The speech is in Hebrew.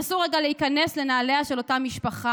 נסו רגע להיכנס לנעליה של אותה משפחה,